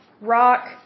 Rock